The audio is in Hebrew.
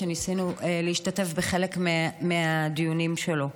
וניסינו להשתתף בחלק מהדיונים שלו.